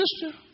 sister